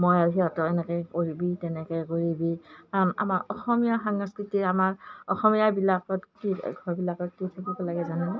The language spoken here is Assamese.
মই সিহঁতৰ এনেকেৈ কৰিবি তেনেকৈ কৰিবি কাৰণ আমাৰ অসমীয়া সাংস্কৃতিৰ আমাৰ অসমীয়াবিলাকত কি ঘৰবিলাকত কি থাকিব লাগে জানেনে